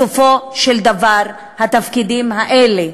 בסופו של דבר, התפקידים האלה,